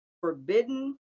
forbidden